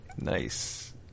Nice